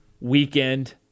weekend